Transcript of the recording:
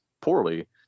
poorly